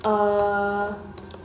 err